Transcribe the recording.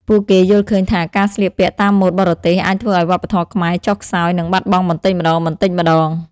ពួកគេយល់ឃើញថាការស្លៀកពាក់តាមម៉ូដបរទេសអាចធ្វើឱ្យវប្បធម៌ខ្មែរចុះខ្សោយ និងបាត់បង់បន្តិចម្តងៗ។